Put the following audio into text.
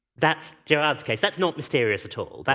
that's gerard's case. that's not mysterious at all. but